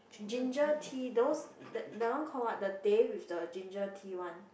ginger tea those that that one call what the Teh with the ginger tea one